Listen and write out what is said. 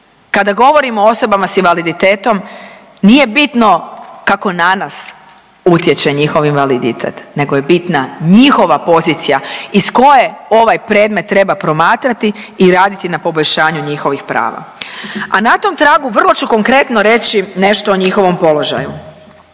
Kada govorimo o osobama s invaliditetom nije bitno kako na nas utječe njihov invaliditet nego je bitna njihova pozicija iz koje ovaj predmet treba promatrati i raditi na poboljšanju njihovih prava. A na tom tragu vrlo ću konkretno reći nešto o njihovom položaju.